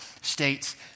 states